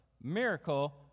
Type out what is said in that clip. miracle